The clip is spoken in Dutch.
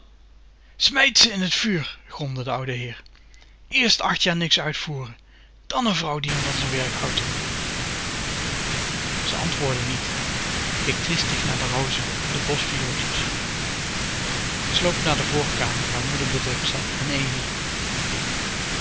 ze in t vuur gromde de oude heer eerst acht jaar niks uitvoeren dan n vrouw die m van z'n werk houdt ze antwoordde niet keek triestig naar de rozen de boschviooltjes sloop naar de voorkamer waar moeder bedrukt zat èn